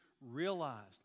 realized